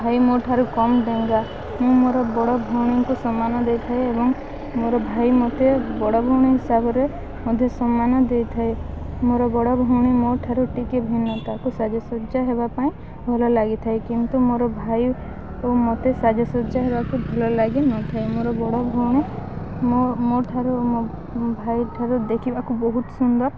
ଭାଇ ମୋ ଠାରୁ କମ୍ ଡେଙ୍ଗା ମୁଁ ମୋର ବଡ଼ ଭଉଣୀଙ୍କୁ ସମ୍ମାନ ଦେଇଥାଏ ଏବଂ ମୋର ଭାଇ ମୋତେ ବଡ଼ ଭଉଣୀ ହିସାବରେ ମଧ୍ୟ ସମ୍ମାନ ଦେଇଥାଏ ମୋର ବଡ଼ ଭଉଣୀ ମୋ ଠାରୁ ଟିକେ ଭିନ୍ନତାକୁ ସାଜସଜ୍ଜ୍ୟା ହେବା ପାଇଁ ଭଲ ଲାଗିଥାଏ କିନ୍ତୁ ମୋର ଭାଇ ଓ ମତେ ସାଜସଜ୍ଜା ହେବାକୁ ଭଲ ଲାଗିିନଥାଏ ମୋର ବଡ଼ ଭଉଣୀ ମୋ ମୋ ଠାରୁ ମୋ ଭାଇଠାରୁ ଦେଖିବାକୁ ବହୁତ ସୁନ୍ଦର